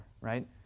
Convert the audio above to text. Right